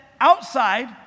outside